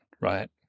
right